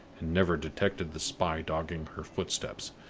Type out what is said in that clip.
and never detected the spy dogging her footsteps,